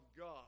God